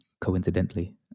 coincidentally